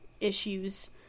issues